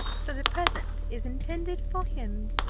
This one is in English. for the present is intended for him.